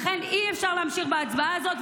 לכן אי-אפשר להמשיך בהצבעה הזאת,